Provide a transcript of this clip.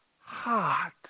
heart